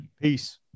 Peace